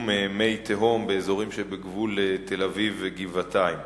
זיהום ופוגעים בתושבי גבעת-שאול והר-נוף בירושלים.